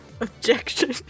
Objection